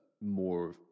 more